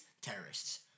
Terrorists